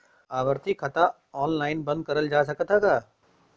आवर्ती खाता ऑनलाइन बन्द करल जा सकत ह का?